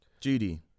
Judy